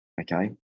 okay